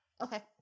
Okay